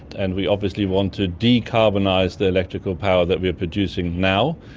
and we obviously want to decarbonise the electrical power that we are producing now,